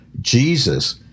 Jesus